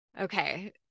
Okay